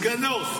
סגנו.